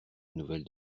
nouvelles